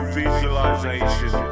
visualization